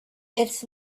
its